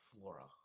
flora